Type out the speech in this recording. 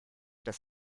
das